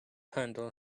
handle